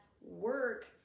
work